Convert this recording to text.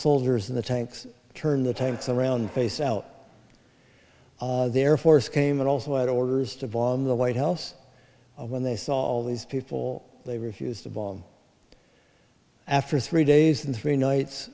soldiers in the tanks turn the tables around face out their force came and also had orders to bomb the white house when they saw all these people they refused to bomb after three days and three nights